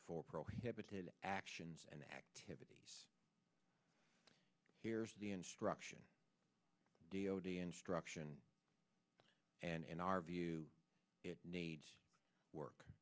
for prohibited actions and activities here's the instruction d o d instruction and in our view it needs work